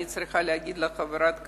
אני צריכה להגיד לך, חברת הכנסת,